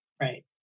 right